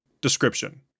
Description